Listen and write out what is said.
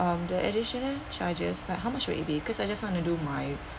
um the additional charges like how much will it be because I just want to do my